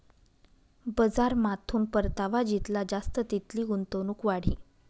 बजारमाथून परतावा जितला जास्त तितली गुंतवणूक वाढी